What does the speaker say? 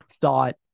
thought